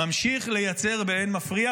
ממשיך לייצר באין מפריע.